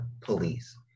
police